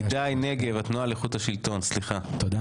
נגב התנועה לאיכות השלטון, תודה.